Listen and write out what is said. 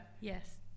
Yes